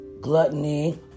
gluttony